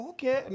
Okay